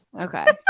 Okay